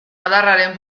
adarraren